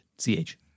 CH